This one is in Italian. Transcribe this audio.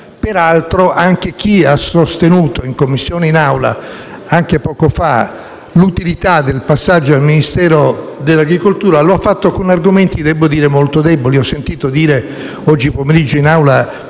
Peraltro, anche chi ha sostenuto in Commissione e in Assemblea, anche poco fa, l'utilità del passaggio al Ministero dell'agricoltura lo ha fatto con argomenti - devo dire - molto deboli. Oggi pomeriggio in Aula ho